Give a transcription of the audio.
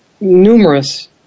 numerous